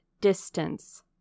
distance